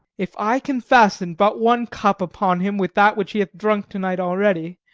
if i can fasten but one cup upon him, with that which he hath drunk to-night already,